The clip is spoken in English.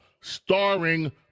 starring